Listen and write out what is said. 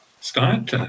start